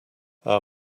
our